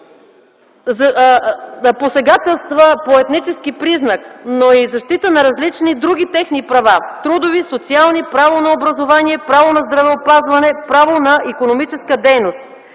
посегателства по етнически признак, но и защита на различни други техни права – трудови, социални, право на образование, право на здравеопазване, право на икономическа дейност,